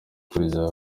kurya